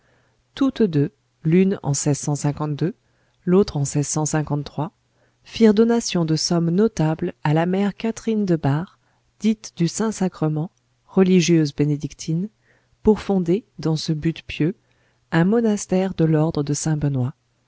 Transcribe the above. toutes deux l'une en l'autre en firent donation de sommes notables à la mère catherine de bar dite du saint-sacrement religieuse bénédictine pour fonder dans ce but pieux un monastère de l'ordre de saint-benoît